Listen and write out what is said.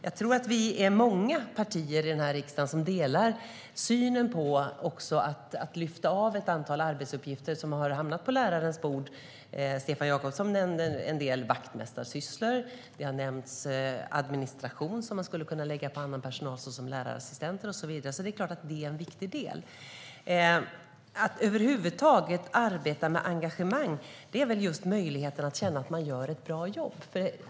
Jag tror att det är många partier i denna riksdag som delar synen på att man ska lyfta bort ett antal arbetsuppgifter från lärarna som har hamnat på deras bord. Stefan Jakobsson nämnde en del vaktmästarsysslor. Även administration har nämnts och som man skulle kunna lägga på annan personal, såsom lärarassistenter och så vidare. Det är klart att det är en viktig del. Att över huvud taget arbeta med engagemang handlar väl just om möjligheten att känna att man gör ett bra jobb.